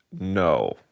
no